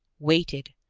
waited,